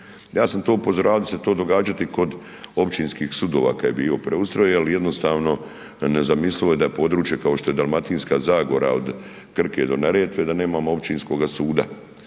Ja sam to upozoravao da će se to događati kod općinskih sudova kad je bio preustroj, ali jednostavno nezamislivo je da područje kao što se Dalmatinska zagora od Krke do Neretve, da nemamo općinskoga suda.